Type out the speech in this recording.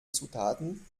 zutaten